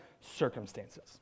circumstances